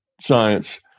science